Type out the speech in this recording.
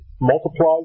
multiply